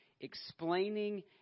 explaining